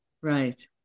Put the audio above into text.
Right